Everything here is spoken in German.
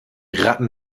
ratten